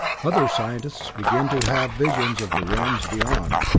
other scientists began to have visions of the realms beyond,